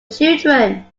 children